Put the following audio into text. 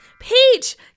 Peach